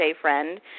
friend